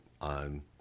on